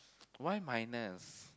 why minus